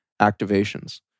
activations